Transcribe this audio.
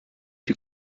die